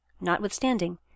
Notwithstanding